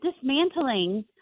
dismantling